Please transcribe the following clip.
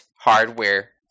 hardware